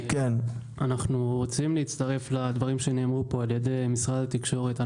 אנחנו רוצים להצטרף לדברים שנאמרו כאן על ידי אנשי משרד התקשורת.